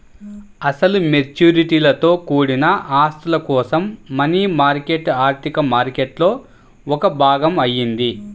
అసలు మెచ్యూరిటీలతో కూడిన ఆస్తుల కోసం మనీ మార్కెట్ ఆర్థిక మార్కెట్లో ఒక భాగం అయింది